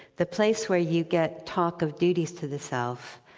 the place where you get talk of duties to the self,